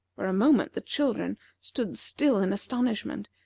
for a moment the children stood still in astonishment,